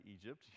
Egypt